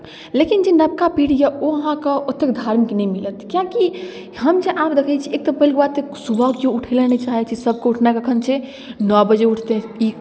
लेकिन जे नवका पीढ़ी यए ओ अहाँकेँ ओतेक धार्मिक नहि मिलत किएकि हम जे आब देखैत छी एक तऽ पहिलुक बात सुबह केओ उठय लए नहि चाहैत छै सभके उठनाय कखन छै नओ बजे उठतै ई